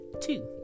two